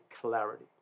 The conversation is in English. clarity